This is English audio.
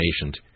patient